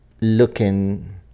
looking